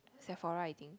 Sephora I think